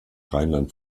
rheinland